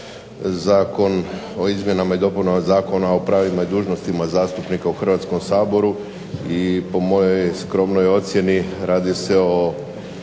Zakon o izmjenama i dopunama Zakona o pravima i dužnostima zastupnika u Hrvatskom saboru i po mojoj skromnoj ocjeni radi se o